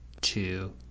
Two